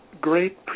great